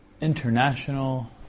international